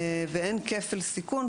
ואין כפל סיכון.